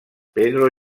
pedro